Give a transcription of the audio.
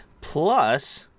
Plus